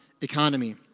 economy